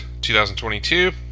2022